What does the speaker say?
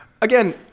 Again